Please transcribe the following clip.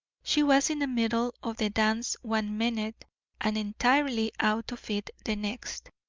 she was in the middle of the dance one minute and entirely out of it the next.